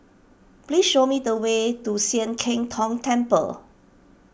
please show me the way to Sian Keng Tong Temple